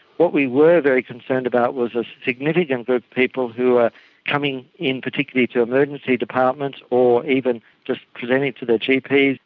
what we were very concerned about was the significance of people who are coming in particularly to emergency departments or even just presenting to their gps,